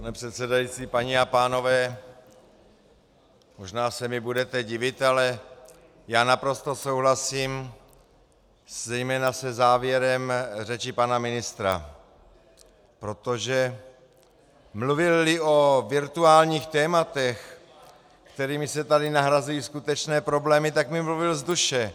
Pane předsedající, paní a pánové, možná se mi budete divit, ale já naprosto souhlasím zejména se závěrem řeči pana ministra, protože mluvilli o virtuálních tématech, kterými se tady nahrazují skutečné problémy, tak mi mluvil z duše.